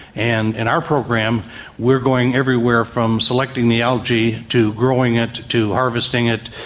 and in our program we're going everywhere from selecting the algae, to growing it, to harvesting it,